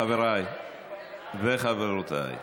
חבריי וחברותיי: